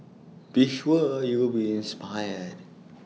be sure you'll be inspired